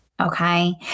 okay